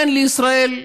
אין לישראל חוקה,